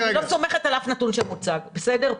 אני לא סומכת על אף נתון שמוצג פה.